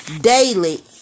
daily